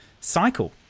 cycle